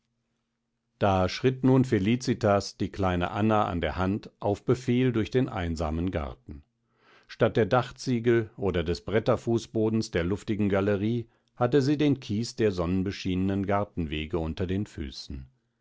da schritt nun felicitas die kleine anna an der hand auf befehl durch den einsamen garten statt der dachziegel oder des bretterfußbodens der luftigen galerie hatte sie den kies der sonnenbeschienenen gartenwege unter den füßen